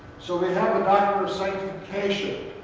so we have the doctrine of sanctification.